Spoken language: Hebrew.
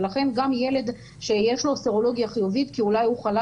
ולכן גם ילד שיש לו סרולוגיה חיובית כי אולי הוא חלה